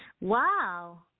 Wow